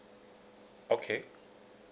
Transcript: okay